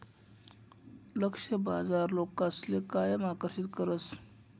लक्ष्य बाजार लोकसले कायम आकर्षित करस